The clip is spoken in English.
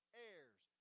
heirs